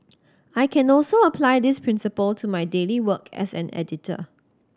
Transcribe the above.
I can also apply this principle to my daily work as an editor